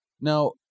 now